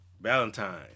Valentine